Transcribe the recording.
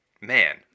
man